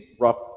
rough